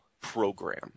program